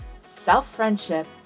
self-friendship